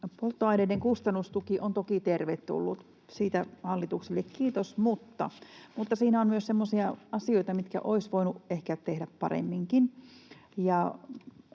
polttoaineiden kustannustuki on toki tervetullut, siitä hallitukselle kiitos. Mutta siinä on myös semmoisia asioita, mitkä olisi voinut ehkä tehdä paremminkin.